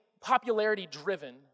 popularity-driven